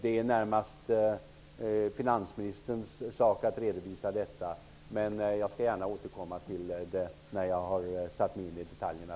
Det är närmast finansministerns sak att redovisa detta, men jag skall gärna återkomma när jag har satt mig in i detaljerna.